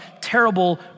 terrible